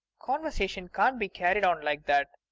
conversation can't be carried on like that.